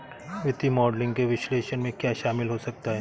वित्तीय मॉडलिंग के विश्लेषण में क्या शामिल हो सकता है?